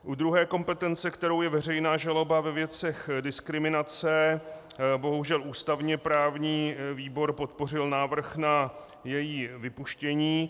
U druhé kompetence, kterou je veřejná žaloba ve věcech diskriminace, bohužel ústavněprávní výbor podpořil návrh na její vypuštění.